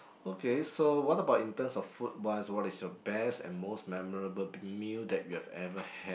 okay so what about in terms of food wise what is your best and most memorable meal that you have ever had